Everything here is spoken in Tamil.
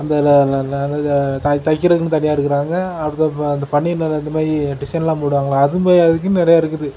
அந்த தைக்கிறக்குன்னு தனியாக இருக்கிறாங்க அடுத்தது அந்த பனியன் அந்த மாதிரி டிசைன்லாம் போடுவாங்கல்ல அதுவும் அதுக்கும் நிறையா இருக்குது